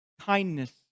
kindness